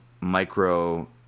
micro